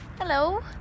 Hello